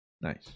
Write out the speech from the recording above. Nice